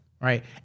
right